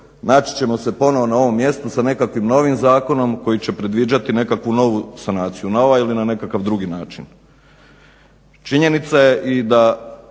naći ćemo se ponovo na ovom mjestu s nekakvim novim zakonom koji će predviđati nekakvu novu sanaciju na ovaj ili nekakav drugi način. Činjenica je i da